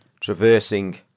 Traversing